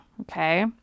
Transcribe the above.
okay